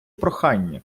прохання